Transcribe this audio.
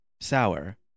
Sour